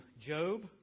Job